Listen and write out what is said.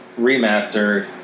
Remastered